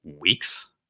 weeks